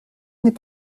n’est